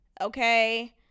okay